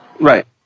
Right